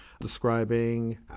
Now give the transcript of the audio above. describing